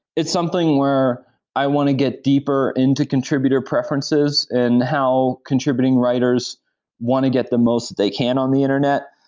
it's something where i want to get deeper into contributor preferences and how can contributing writers want to get the most they can on the internet,